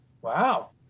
Wow